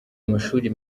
amashuri